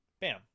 Bam